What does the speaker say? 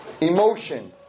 emotion